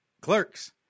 Clerks